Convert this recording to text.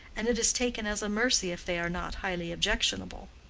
and it is taken as a mercy if they are not highly objectionable.